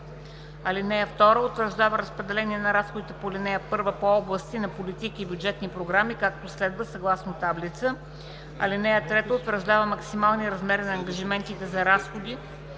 (2) Утвърждава разпределение на разходите по ал. 1 по области на политики и бюджетни програми, както следва:“ (съгласно таблица в Доклада). (3) Утвърждава максималния размер на ангажиментите за разходи,